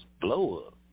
blow-up